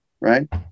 right